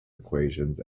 equations